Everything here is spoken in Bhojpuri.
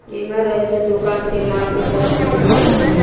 बीमा रहे से दोकान के माल के सारा पइसा मिल जाला